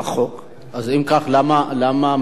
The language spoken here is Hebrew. אם זו לא אכסניה מתאימה,